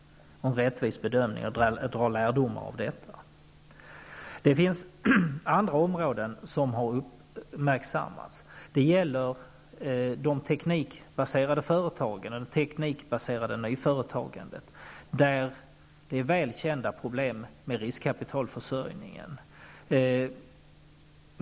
Dessutom måste en rättvis bedömning göras. Därefter får man dra lärdom av vunna erfarenheter. Även andra områden har uppmärksammats. Det gäller de teknikbaserade företagen och det teknikbaserade nyföretagandet. Här finns väl kända problem när det gäller riskkapitalförsörjningen.